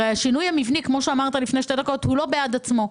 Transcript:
הרי השינוי המבני הוא לא בעד עצמו.